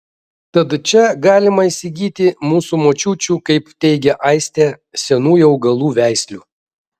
tad čia galima įsigyti mūsų močiučių kaip teigia aistė senųjų augalų veislių